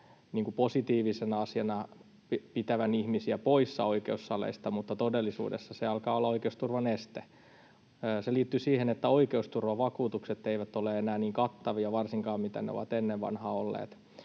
positiivisena asiana pitävän ihmisiä poissa oikeussaleista, mutta todellisuudessa se alkaa olla oikeusturvan este. Se liittyy siihen, että oikeusturvavakuutukset eivät ole enää niin kattavia kuin mitä ne ovat varsinkaan ennen vanhaan olleet,